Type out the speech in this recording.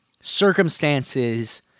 circumstances